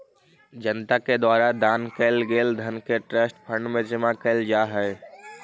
जनता के द्वारा दान कैल गेल धन के ट्रस्ट फंड में जमा कैल जा हई